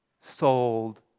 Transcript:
sold